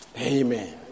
Amen